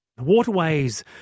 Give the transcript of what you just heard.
Waterways